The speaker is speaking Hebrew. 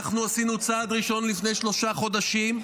עשינו צעד ראשון לפני שלושה חודשים.